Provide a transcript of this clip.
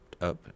up